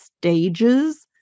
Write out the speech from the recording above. stages